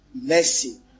mercy